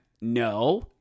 No